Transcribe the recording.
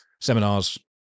Seminars